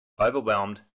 Overwhelmed